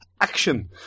action